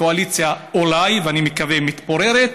הקואליציה אולי, אני מקווה, מתפוררת,